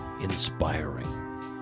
Inspiring